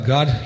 God